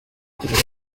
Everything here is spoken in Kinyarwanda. kurera